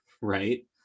right